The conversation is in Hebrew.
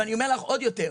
אני אומר לך עוד יותר: